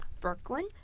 Brooklyn